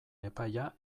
epaia